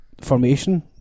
formation